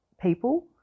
people